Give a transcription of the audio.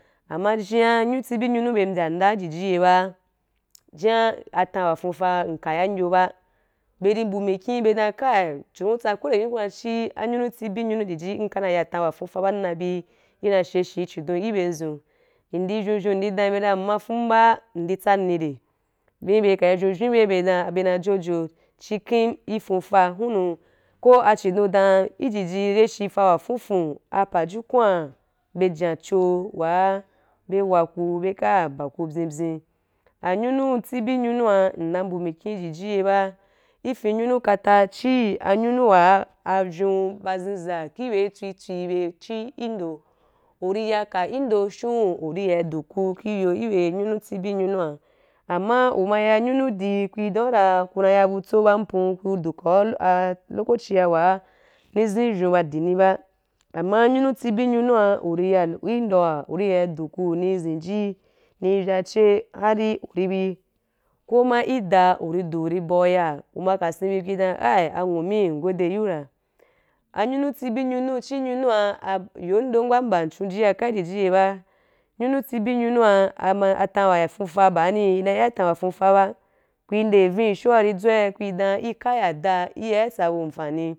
Ama jia nynu tsibi nyunu be mbyam ndam i jiji ye ba jia a tam wa fuufa nka ya ki yo ba, be ri mpu mikin be dan kai chindo ku tsa bye dan ko wende nyunu ku na chi anyunu te tsibi anyunu jiji nka naya atan wa fuufa nna bi i na sha shi chindo i bye ndzu ndi vyou vyou ndi don yi ba dan nma fum ba ndi tsani rai, bye ka i i bye be dam be na jojo chi kini fuufa hunu ko chidon dan i jiji rashi fa wa fuufu apajukua be jan cho wa be waku be ka ba ku pyii pyin anyunu tsibi nyunua nna mpu mikin jiji ye ba i fen nyunu kata chi nyunu avyo ba zen za i bye atswi tswi be chi ki ndo u ri ya ka ki ndo ashun u ri duku i yo i be anyunu atsibi nyunua ama u ma ya nyunu di ku i domu ra ku na ya butso ba ampun u i dukaa a lokoci wa ni zen avyou ba di ni ba ama nyunu tsibi nyunua u ri ya i ndoa u ra du ku ni zen ji ni vya che hari i bi ko mai da u ri du u ri bauju ya u ma ka sen bi ku i dan ai anwu mi ngode yiu ra nayunu tsibi ngunu chi nyunua a ba ayondom wa mba chun jia kai i jiji ye ba nyunu tsibi nyunua a ma atan wa fuufa bani i na ya i tan wa fuufa ba ku ì nde avii shoá i tswei ku i dan ì kaya da u ya tba bu ampani.